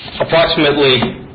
Approximately